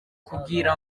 kugira